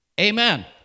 Amen